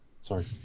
Sorry